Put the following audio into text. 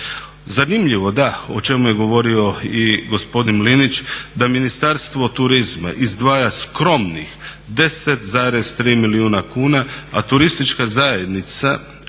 Zanimljivo da, o čemu je govorio i gospodin Linić da Ministarstvo turizma izdvaja skromnih 10,3 milijuna kuna, a Turistička zajednica